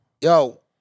Yo